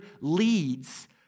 leads